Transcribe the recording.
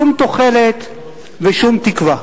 שום תוחלת ושום תקווה.